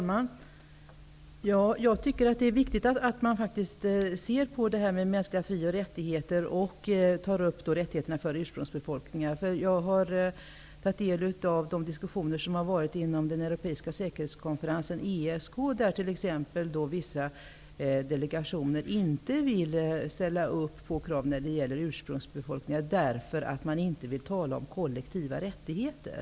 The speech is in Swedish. Herr talman! Det är viktigt att man ser på detta med mänskliga fri och rättigheter och tar upp rättigheterna för ursprungsbefolkningar. Jag har tagit del av de diskussioner som skett inom den europeiska säkerhetskonferensen, ESK, där vissa delegationer inte vill ställa upp på krav när det gäller ursprungsbefolkningar, därför att man inte vill tala om kollektiva rättigheter.